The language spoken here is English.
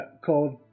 called